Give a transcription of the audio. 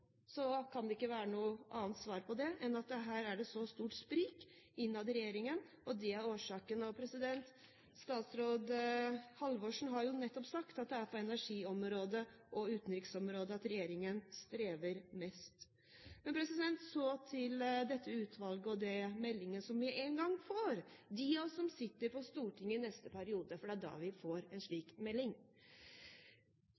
så stort sprik innad i regjeringen. Statsråd Halvorsen har jo nettopp sagt at det er på energiområdet og utenriksområdet at regjeringen strever mest. Men så til dette utvalget og den meldingen som vi en gang får – de av oss som sitter på Stortinget neste periode, for det er da vi får en